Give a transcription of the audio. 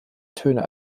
töne